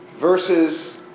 versus